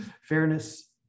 fairness